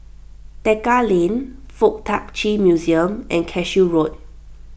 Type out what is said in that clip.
Tekka Lane Fuk Tak Chi Museum and Cashew Road